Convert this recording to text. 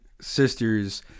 sister's